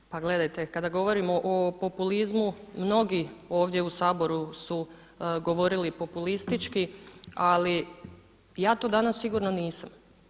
Pa gledajte, kada govorimo o populizmu mnogi ovdje u Saboru su govorili populistički, ali ja to danas sigurno nisam.